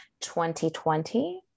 2020